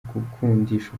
gukundisha